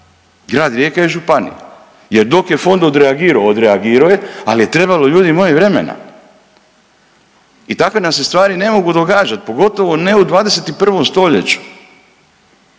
Grad Rijeka i županija jer dok je fond odreagirao, odreagirao je ali je trebalo ljudi moji vremena i takve nam se stvari ne mogu događat, pogotovo ne u 21. stoljeću.